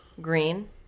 Green